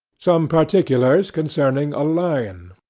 some particulars concerning a lion